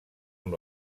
amb